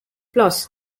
plus